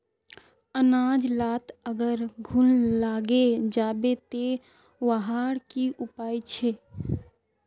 अनाज लात अगर घुन लागे जाबे ते वहार की उपाय छे?